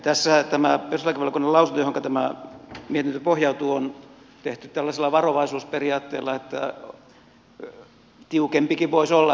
tässä tämä perustuslakivaliokunnan lausunto johonka tämä mietintö pohjautuu on tehty tällaisella varovaisuusperiaatteella että tiukempikin voisi olla